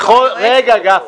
--- רגע גפני.